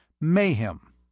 Mayhem